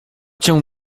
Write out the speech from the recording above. cię